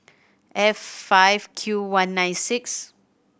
F five Q one nine six